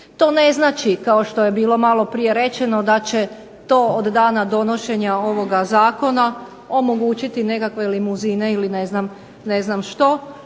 To ne znači, kao što je bilo maloprije rečeno, da će to od dana donošenja ovoga zakona omogućiti nekakve limuzine ili ne znam što.